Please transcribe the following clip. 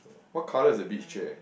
what color is the beach chair